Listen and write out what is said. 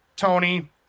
Tony